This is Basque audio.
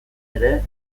ere